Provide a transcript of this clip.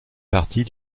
partie